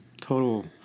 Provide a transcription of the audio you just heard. total